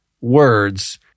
words